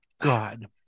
god